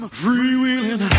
freewheeling